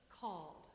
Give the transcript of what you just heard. called